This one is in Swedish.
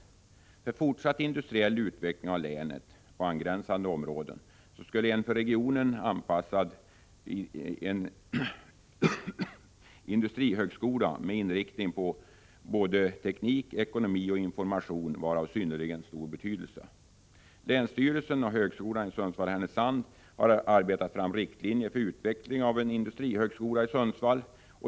För att främja en fortsatt industriell utveckling i länet och i angränsande områden skulle en för regionen anpassad industrihögskola som är inriktad på både teknik, ekonomi och information vara av synnerligen stor betydelse. Länsstyrelsen och högskolan för Sundsvall/ Härnösand har arbetat fram riktlinjer för utvecklingen av en industrihögskola i Sundsvall.